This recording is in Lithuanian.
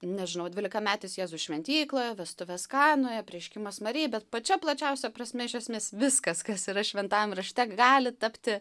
nežinau dvylikametis jėzus šventykloje vestuvės kanoje apreiškimas marijai bet pačia plačiausia prasme iš esmės viskas kas yra šventajam rašte gali tapti